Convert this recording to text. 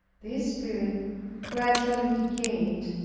this spirit gradually decayed,